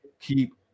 keep